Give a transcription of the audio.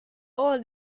all